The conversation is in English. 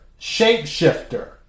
shapeshifter